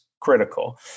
critical